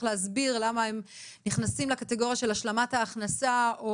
להסביר למה הם נכנסים לקטגוריה של השלמת ההכנסה.